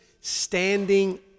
standing